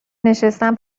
نشستن